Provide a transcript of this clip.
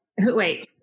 wait